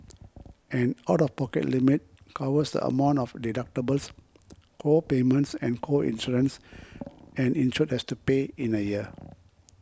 an out of pocket limit covers amount of deductibles co payments and co insurance an insured has to pay in a year